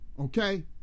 Okay